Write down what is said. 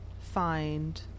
find